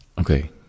Okay